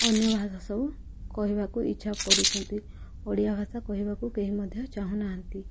ଅନ୍ୟ ଭାଷା ସବୁ କହିବାକୁ ଇଚ୍ଛା କରୁଛନ୍ତି ଓଡ଼ିଆ ଭାଷା କହିବାକୁ କେହି ମଧ୍ୟ ଚାହୁଁନାହାନ୍ତି